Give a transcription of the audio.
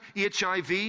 HIV